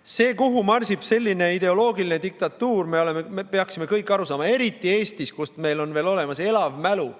Sellest, kuhu marsib selline ideoloogiline diktatuur, me peaksime kõik aru saama – eriti Eestis, kus meil on veel olemas elav mälu